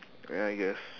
ya I guess